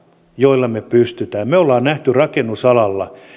joilla me pystymme toimimaan me olemme nähneet rakennusalalla